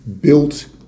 Built